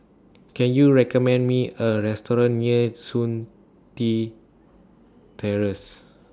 Can YOU recommend Me A Restaurant near Chun Tin Terrace